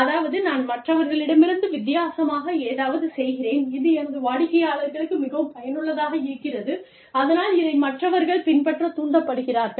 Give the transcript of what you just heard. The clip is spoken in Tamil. அதாவது நான் மற்றவர்களிடமிருந்து வித்தியாசமாக ஏதாவது செய்கிறேன் இது எனது வாடிக்கையாளர்களுக்கு மிகவும் பயனுள்ளதாக இருக்கிறது அதனால் இதை மற்றவர்கள் பின்பற்றத் தூண்டப்படுகிறார்கள்